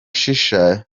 shisha